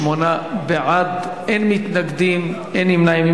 38 בעד, אין מתנגדים, אין נמנעים.